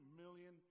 million